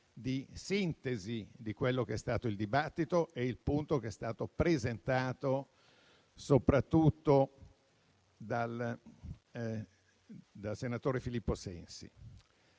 di sintesi, di quello che è stato il dibattito e del punto che è stato presentato soprattutto dal senatore Filippo Sensi.